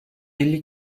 elli